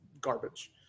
garbage